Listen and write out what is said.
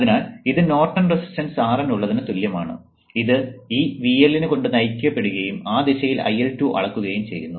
അതിനാൽ ഇത് Norton resistance RN ഉള്ളതിന് തുല്യമാണ് ഇത് ഈ VL കൊണ്ട് നയിക്കപ്പെടുകയും ആ ദിശയിൽ IL2 അളക്കുകയും ചെയ്യുന്നു